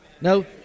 No